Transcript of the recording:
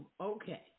okay